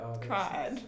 cried